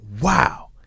wow